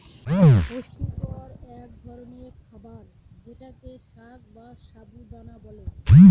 পুষ্টিকর এক ধরনের খাবার যেটাকে সাগ বা সাবু দানা বলে